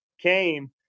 came